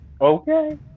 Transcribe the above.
okay